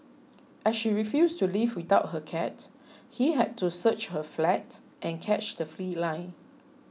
as she refused to leave without her cat he had to search her flat and catch the feline